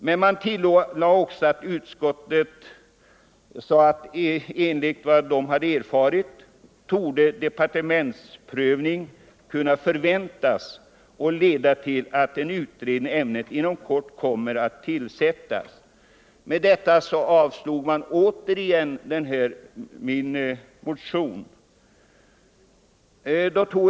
Men - Ökade insatser för utskottet tillade också att departementsprövning torde kunna förväntas = att främja fritidsoch leda till att en utredning i ämnet inom kort skulle komma att tillsättas. — fisket, m.m. Med detta avstyrkte man återigen min motion.